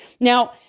Now